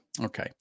Okay